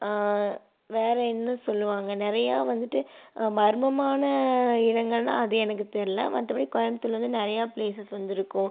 வேற என்ன சொல்லுவாங்க நிறையா வந்துட்டு மர்மமான இடங்கள்னா அது எனக்கு தெரில மற்றபடி கோயமுத்தூரில் வந்து நிறையா பிளேஸஸ் வந்துருக்கும்